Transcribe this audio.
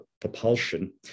propulsion